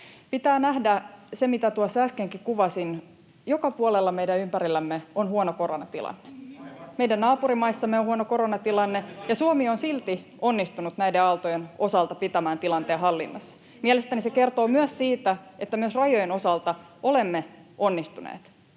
Pitää nähdä se, mitä tuossa äskenkin kuvasin: Joka puolella meidän ympärillämme on huono koronatilanne. [Perussuomalaisten ryhmästä: Nii-i! — Mitä olette tehneet?] Meidän naapurimaissamme on huono koronatilanne, ja Suomi on silti onnistunut näiden aaltojen osalta pitämään tilanteen hallinnassa. Mielestäni se kertoo myös siitä, että myös rajojen osalta olemme onnistuneet.